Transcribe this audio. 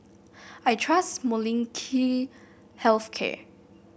I trust Molnylcke Health Care